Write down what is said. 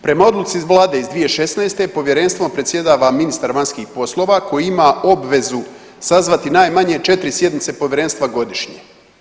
Prema odluci vlade iz 2016. povjerenstvom predsjedava ministar vanjskih poslova koji ima obvezu sazvati najmanje 4 sjednice povjerenstva godišnje.